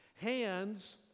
Hands